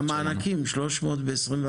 המענקים 300 ב- 2021?